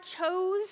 chose